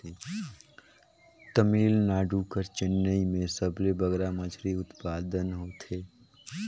तमिलनाडु कर चेन्नई में सबले बगरा मछरी उत्पादन होथे